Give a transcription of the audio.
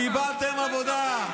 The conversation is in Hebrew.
קיבלתם עבודה.